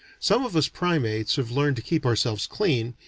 some of us primates have learned to keep ourselves clean,